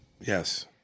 Yes